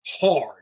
hard